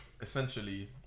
essentially